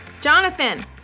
Jonathan